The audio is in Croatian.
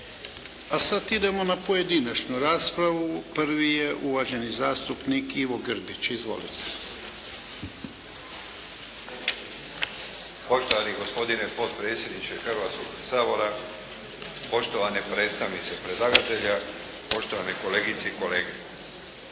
A sad idemo na pojedinačnu raspravu. Prvi je uvaženi zastupnik Ivo Grbić. Izvolite. **Grbić, Ivo (HDZ)** Poštovani gospodine potpredsjedniče Hrvatskoga sabora, poštovani predstavnici predlagatelja, poštovane kolegice i kolege.